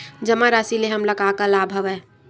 जमा राशि ले हमला का का लाभ हवय?